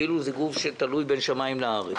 כאילו זה גוף שתלוי בין שמיים לארץ,